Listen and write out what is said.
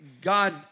God